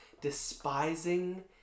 despising